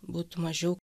būtų mažiau